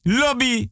lobby